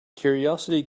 curiosity